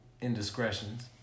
Indiscretions